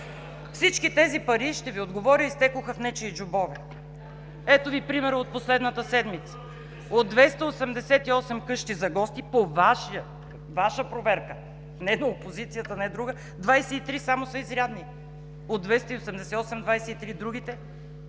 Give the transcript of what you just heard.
всички тези пари изтекоха в нечии джобове. Ето Ви примера от последната седмица: от 288 къщи за гости по Ваша проверка – не на опозицията, не друга – само 23 са изрядни. От 288 – 23! А другите?